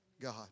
God